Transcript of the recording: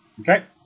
Okay